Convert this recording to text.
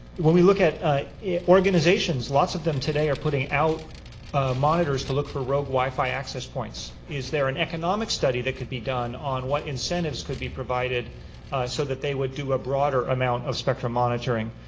when we look at organizations, lots of them today are putting out monitors to look for rogue wi-fi access points. is there an economic study that could be done on what incentives could be provided so that they would do a broader amount of spectrum monitoring?